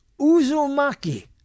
Uzumaki